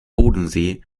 bodensee